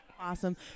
Awesome